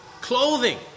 Clothing